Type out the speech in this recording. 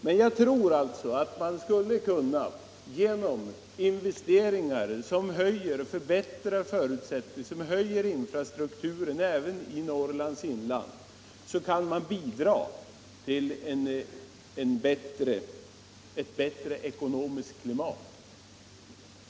Men jag tror alltså att man genom investeringar som förbättrar förutsättningarna, som höjer infrastrukturen i Norrlands inland, kan bidra till ett bättre ekonomiskt klimat.